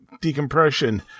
decompression